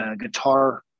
guitar